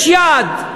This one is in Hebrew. יש יעד.